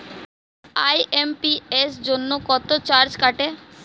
IMPS জন্য কত charge কাটে?